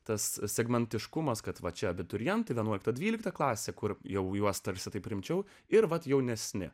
tas segmentiškumas kad va čia abiturientai vienuoliktą dvyliktą klasę kur jau juos tarsi taip rimčiau ir vat jaunesni